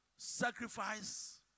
sacrifice